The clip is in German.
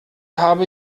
habe